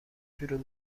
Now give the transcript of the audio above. شروع